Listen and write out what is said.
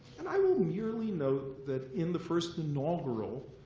and i will merely note that in the first inaugural,